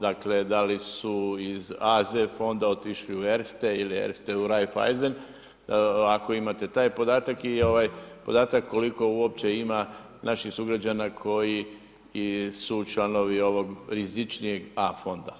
Dakle da li su iz AZ fonda otišli u Erste, iz Erste u Raiffeisen, ako imate taj podatak i ovaj podatak koliko uopće ima naših sugrađana koji su članovi i ovog rizičnijeg A fonda?